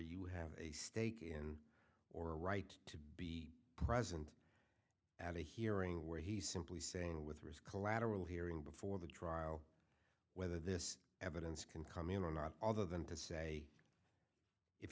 you have a stake in or a right to be present at a hearing where he simply saying with risk collateral hearing before the trial whether this evidence can come in or not other than to say if